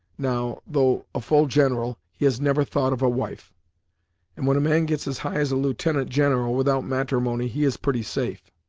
now though a full general he has never thought of a wife and when a man gets as high as a lieutenant general, without matrimony, he is pretty safe.